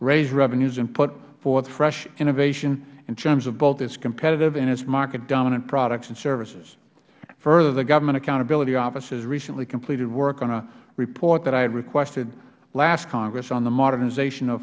raise revenues and put forth fresh innovation in terms of both its competitive and its market dominant products and services further the government accountability office has recently competed work on a report that i had requested last congress on the modernization of